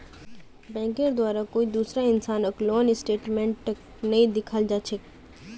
बैंकेर द्वारे कोई दूसरा इंसानक लोन स्टेटमेन्टक नइ दिखाल जा छेक